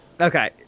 Okay